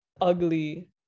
ugly